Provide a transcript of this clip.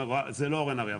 זה לא אורן אריאב.